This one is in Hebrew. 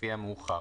לפי המאוחר."